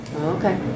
Okay